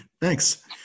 Thanks